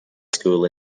school